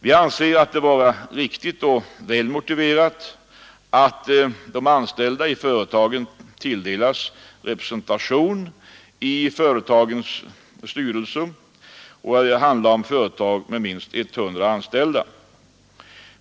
Vi anser det vara riktigt och väl motiverat att de anställda i företagen tilldelas representation i styrelser i företag med minst hundra anställda.